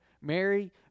Mary